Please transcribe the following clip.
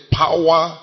power